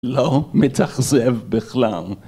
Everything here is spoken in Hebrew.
לא מתאכזב בכלל.